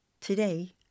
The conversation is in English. Today